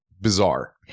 bizarre